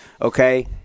okay